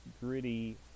gritty